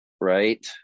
right